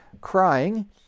crying